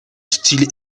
style